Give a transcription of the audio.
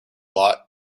lot